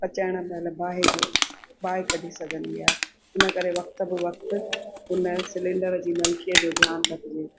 पचाइण महिल बाहि जो बाहि कढी सघंदी आहे इन करे वक़्त बि वक़्त उन सिलेंडर जी नलकीअ जो ध्यानु रखिजे